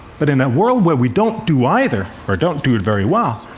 but in a world where we don't do either, or don't do it very well,